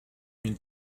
mille